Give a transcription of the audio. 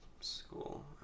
school